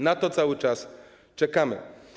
Na to cały czas czekamy.